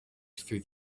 through